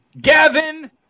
Gavin